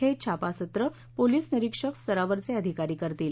हे छापासत्र पोलीस निराक्षक स्तरावरचे अधिकारी करतील